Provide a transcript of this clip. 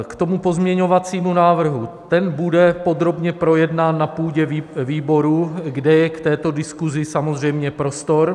K tomu pozměňovacímu návrhu ten bude podrobně projednán na půdě výborů, kde je k této diskusi samozřejmě prostor.